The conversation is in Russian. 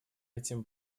этим